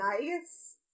Nice